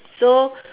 so